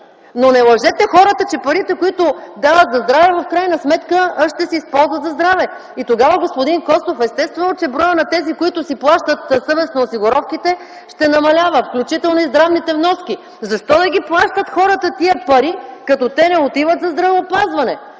но не лъжете хората, че парите, които дават за здраве, в крайна сметка ще се използват за здраве. И тогава, господин Костов, естествено, че броят на тези, които си плащат съвестно осигуровките, ще намалява, включително и здравните вноски. Защо да плащат хората тия пари като те не отиват за здравеопазване?